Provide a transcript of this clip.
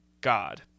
God